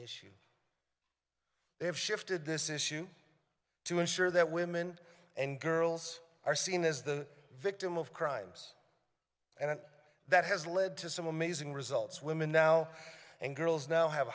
issues they have shifted this issue to ensure that women and girls are seen as the victim of crimes and that has led to some amazing results women now and girls now have